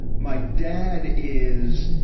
my dad is,